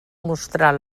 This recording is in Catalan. mostrar